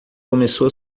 começou